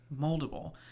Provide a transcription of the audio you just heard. moldable